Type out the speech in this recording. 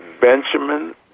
Benjamin